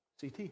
CT